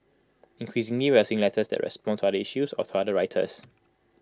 increasingly we are seeing letters that respond to other issues or to other writers